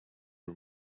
her